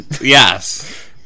Yes